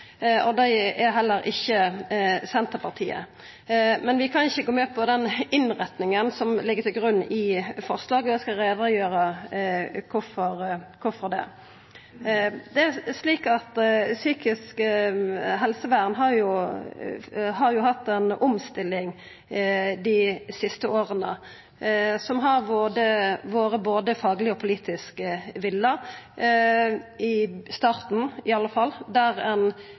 Det er heller ikkje Senterpartiet, men vi kan ikkje gå med på innretninga som ligg til grunn i forslaget – og eg skal gjera greie for kvifor. Psykisk helsevern har dei siste åra vore igjennom ei omstilling som har vore både fagleg og politisk ønskt, i starten iallfall, der ein